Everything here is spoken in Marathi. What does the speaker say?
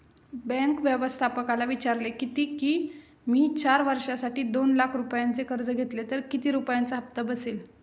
बँक व्यवस्थापकाला विचारले किती की, मी चार वर्षांसाठी दोन लाख रुपयांचे कर्ज घेतले तर किती रुपयांचा हप्ता बसेल